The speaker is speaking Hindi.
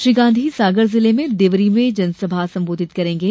श्री गांधी सागर जिले में देवरी में जनसभा करेंगे